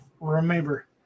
remember